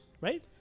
Right